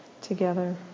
together